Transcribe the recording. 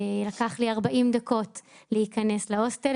לקח לי 40 דקות להיכנס להוסטל,